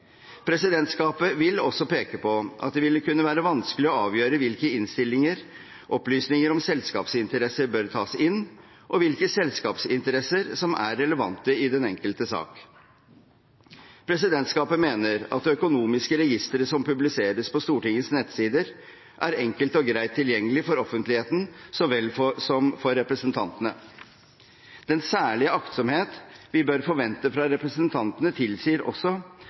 Presidentskapet vil også peke på at det ville kunne være vanskelig å avgjøre i hvilke innstillinger opplysninger om selskapsinteresser bør tas inn, og hvilke selskapsinteresser som er relevante i den enkelte sak. Presidentskapet mener at det økonomiske registeret som publiseres på Stortingets nettsider, er enkelt og greit tilgjengelig for offentligheten så vel som for representantene. Den særlige aktsomhet vi bør forvente fra representantene, tilsier også